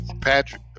patrick